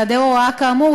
בהיעדר הוראה כאמור,